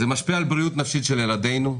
זה משפיע על הבריאות הנפשית של ילדינו,